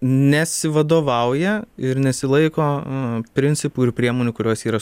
nesivadovauja ir nesilaiko principų ir priemonių kurios yra